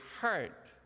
heart